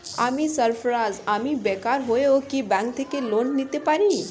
আমি সার্ফারাজ, আমি বেকার হয়েও কি ব্যঙ্ক থেকে লোন নিতে পারি?